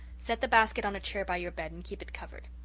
set the basket on a chair by your bed and keep it covered.